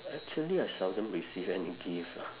actually I seldom receive any gift lah